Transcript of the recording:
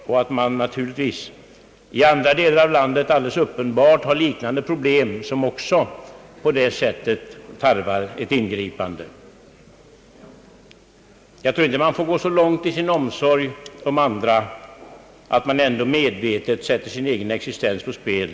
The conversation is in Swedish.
Uppenbarligen har man i andra delar av landet liknande problem som kanske också tarvar ett ingripande. Jag tror inte att man får gå så långt i sin omsorg om andra att man medvetet sätter sin egen existens på spel.